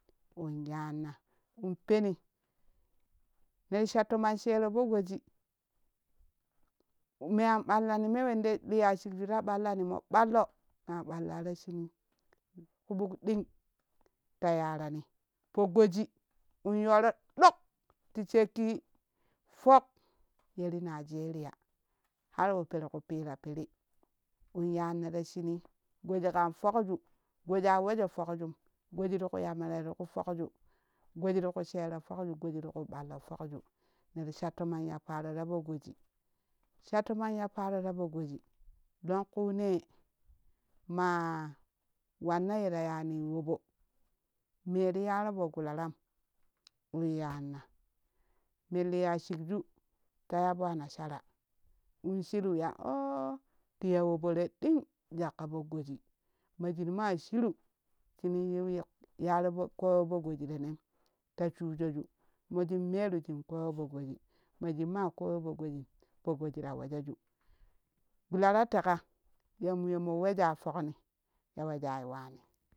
Unyanna un penii neri shatomon sheroo poo goji ma an pallani ma wende liya shikju ta ɓallani mo ɓallo maa ɓallo ta shuunii kuu ɓulɗing ta yarani poo goji in yoro ɗok ti sheiki fok yeri nigeria harwe perkuu piira piiri in yanna ta shunii goji ƙan fokju gojaa wojo fokjum goji riku ya mere rika fokju goji riku shero fokju goji rika ɓallo fokju neri sha toman ya paroo ra poo goji sha tomon ya paroo ra fo goji longƙune maa wanna yera yanii wobo meri yaroo poo gularam in yanna me liiyashikju ta ya poo anasara inshiru ya ooh-ti ya wobore ɗen jwakka poo goji ma jin maa shira shiniin yii yak yaro poo koyo poo goji renem ta shujoju mojun meru shun koyo poo goji mashin ma koyo poo gojin poo goji ra wojoju gulara teƙaa ya muyomo woja fokni ya woja wani